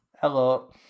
Hello